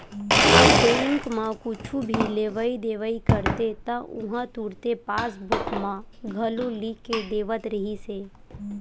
bank म कुछु भी लेवइ देवइ करते त उहां तुरते पासबूक म घलो लिख के देवत रिहिस हे